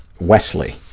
Wesley